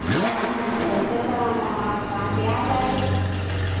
thresher का आटा हमारे दुकान पर आ जाइये